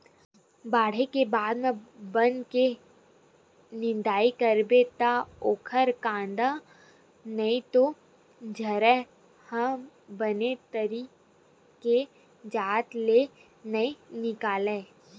बाड़हे के बाद म बन के निंदई करबे त ओखर कांदा नइ ते जरई ह बने तरी के जात ले नइ निकलय